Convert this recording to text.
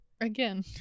again